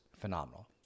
phenomenal